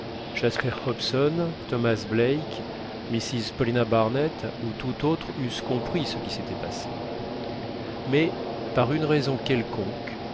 jasper hobson thomas black mrs paulina barnett ou tout autre eussent compris ce qui s'était passé mais par une raison quelconque